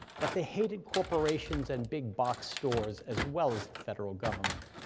but they hated corporations and big-box stores, as well as the federal government.